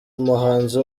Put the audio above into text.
umuhanzi